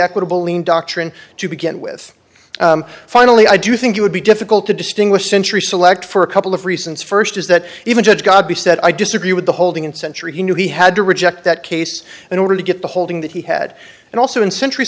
equitable lean doctrine to begin with finally i do think it would be difficult to distinguish century select for a couple of reasons first is that even judge gobby said i disagree with the holding in century he knew he had to reject that case in order to get the holding that he had and also in century